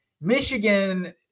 Michigan